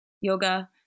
yoga